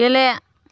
गेले